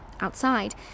Outside